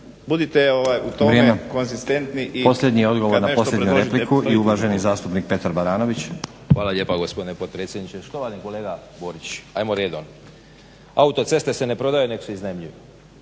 budite u tome konzistentni